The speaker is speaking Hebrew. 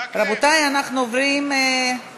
רבותי, יש